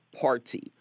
party